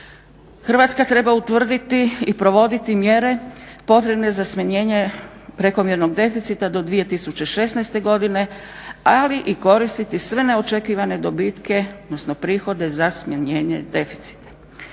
Hrvatska treba utvrditi i provoditi mjere potrebne za smanjenje prekomjernog deficita do 2016. godine ali i koristiti sve neočekivane dobitke odnosno prihode za smanjenje deficita.